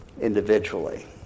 individually